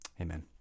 Amen